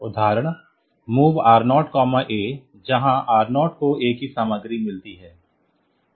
उदाहरण MOV R0 A जहाँ R0 को A की सामग्री मिलती है